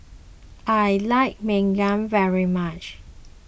I like Lemang very much